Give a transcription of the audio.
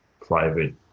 private